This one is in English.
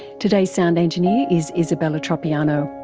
today's sound engineer is isabella tropiano.